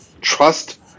trust